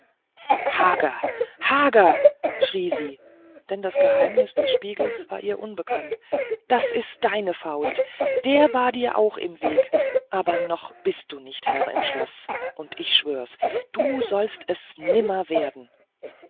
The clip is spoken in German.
hager hager schrie sie denn das geheimnis des spiegels war ihr unbekannt das ist deine faust der war dir auch im wege aber noch bist du nicht der herr im schloß und ich schwör's du sollst es nimmer werden